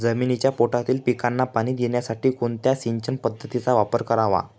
जमिनीच्या पोटातील पिकांना पाणी देण्यासाठी कोणत्या सिंचन पद्धतीचा वापर करावा?